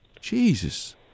Jesus